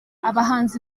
abahanzi